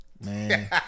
Man